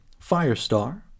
Firestar